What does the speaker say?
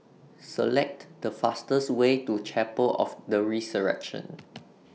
Select The fastest Way to Chapel of The Resurrection